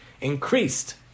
increased